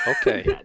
okay